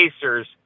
Pacers